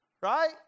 right